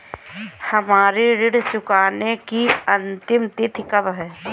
हमारी ऋण चुकाने की अंतिम तिथि कब है?